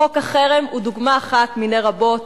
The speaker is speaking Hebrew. חוק החרם הוא דוגמה אחת מני רבות.